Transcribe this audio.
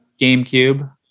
GameCube